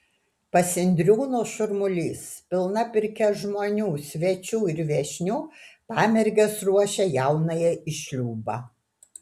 pas indriūnus šurmulys pilna pirkia žmonių svečių ir viešnių pamergės ruošia jaunąją į šliūbą